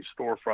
storefront